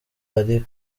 ari